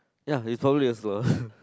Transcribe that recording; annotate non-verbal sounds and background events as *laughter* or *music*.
ya it's probably us lah *laughs*